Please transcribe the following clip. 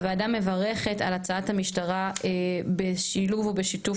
הוועדה מברכת על הצעת המשטרה בשילוב ובשיתוף